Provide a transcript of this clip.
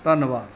ਧੰਨਵਾਦ